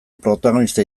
protagonista